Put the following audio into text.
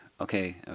Okay